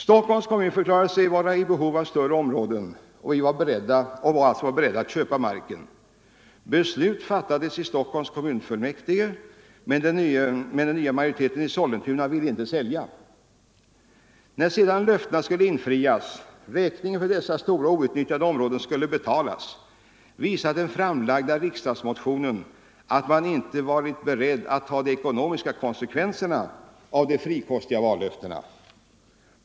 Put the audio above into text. Stockholms kommun förklarade sig vara i behov av större områden och var beredd att köpa marken. Beslut fattades i Stockholms kommunfullmäktige, men den nya majoriteten i Sollentuna ville inte sälja. Den framlagda motionen visar att när sedan löftena skulle infrias, räkningen för dessa stora outnyttjade områden skulle betalas, var man inte beredd att ta de ekonomiska konsekvenserna av de frikostiga vallöftena.